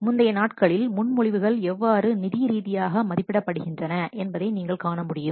முந்தைய நாட்களில் முன்மொழிவுகள் எவ்வாறு நிதி ரீதியாக மதிப்பிடப்படுகின்றன என்பதை நீங்கள் காணமுடியும்